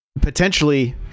potentially